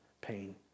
pain